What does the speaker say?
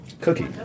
Cookie